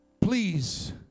please